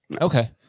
Okay